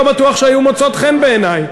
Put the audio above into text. לא בטוח שהיו מוצאות חן בעיני.